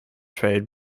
trade